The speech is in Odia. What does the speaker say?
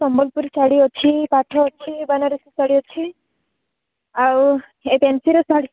ସମ୍ବଲପୁରୀ ଶାଢ଼ୀ ଅଛି ପାଟ ଅଛି ବନାରସୀ ଶାଢ଼ୀ ଅଛି ଆଉ ଏଇ ଫ୍ୟାନ୍ସୀର ଶାଢ଼ୀ